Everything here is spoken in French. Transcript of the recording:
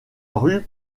rue